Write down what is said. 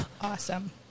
Awesome